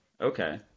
Okay